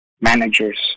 managers